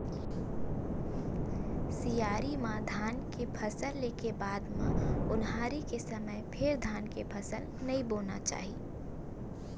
सियारी म धान के फसल ले के बाद म ओन्हारी के समे फेर धान के फसल नइ बोना चाही